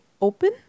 open